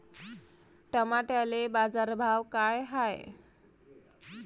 टमाट्याले बाजारभाव काय हाय?